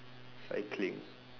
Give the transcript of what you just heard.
cycling